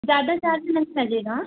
ज़्यादा चार्ज नहीं लगेगा